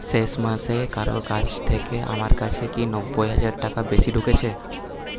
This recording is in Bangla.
শেষ মাসে কারোর কাছ থেকে আমার কাছে কি নব্বই হাজার টাকা বেশি ঢুকেছে